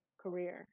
career